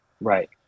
Right